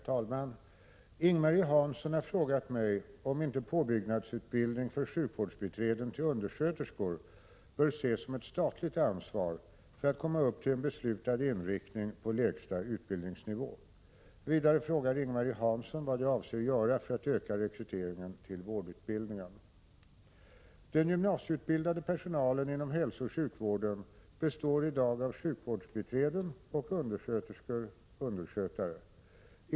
Herr talman! Ing-Marie Hansson har frågat mig om inte påbyggnadsutbildning för sjukvårdsbiträden till undersköterskor bör ses som ett statligt ansvar för att komma upp till en beslutad inriktning på lägsta utbildningsnivå. Vidare frågar Ing-Marie Hansson vad jag avser göra för att öka rekryteringen till vårdutbildningen. Den gymnasieutbildade personalen inom hälsooch sjukvården består i dag av sjukvårdsbiträden och undersköterskor/skötare.